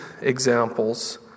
examples